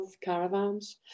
caravans